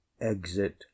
exit